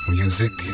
music